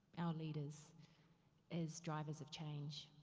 our leaders as drivers of change.